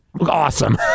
awesome